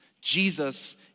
Jesus